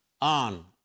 on